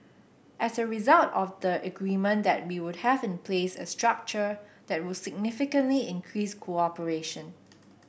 as a result of the agreement that we would have in place a structure that would significantly increase cooperation